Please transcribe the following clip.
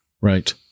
Right